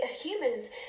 humans